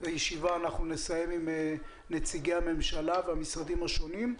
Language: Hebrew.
הישיבה נסיים עם נציגי הממשלה והמשרדים השונים.